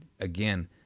again